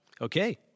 Okay